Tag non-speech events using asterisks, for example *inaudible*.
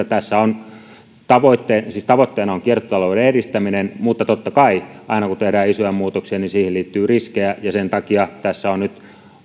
*unintelligible* tässä on tavoitteena kiertotalouden edistäminen mutta totta kai aina kun tehdään isoja muutoksia siihen liittyy riskejä sen takia on nyt